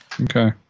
Okay